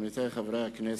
עמיתי חברי הכנסת,